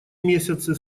месяцы